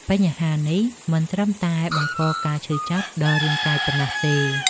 បញ្ហានេះមិនត្រឹមតែបង្កការឈឺចាប់ដល់រាងកាយប៉ុណ្ណោះទេ។